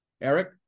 Eric